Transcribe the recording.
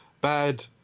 bad